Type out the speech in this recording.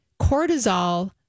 Cortisol